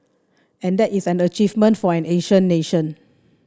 and that is an achievement for an Asian nation